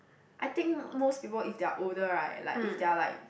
I think most people if they are older right like if they are like